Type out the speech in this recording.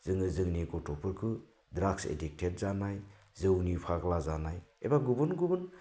जोङो जोंनि गथ'फोरखौ द्राग्स इदिक्टेद जानाय जौनि फाग्ला जानाय एबा गुबुन गुबुन